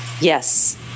Yes